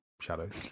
shadows